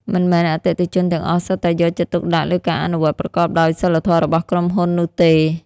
មិនមែនអតិថិជនទាំងអស់សុទ្ធតែយកចិត្តទុកដាក់លើការអនុវត្តប្រកបដោយសីលធម៌របស់ក្រុមហ៊ុននោះទេ។